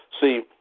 See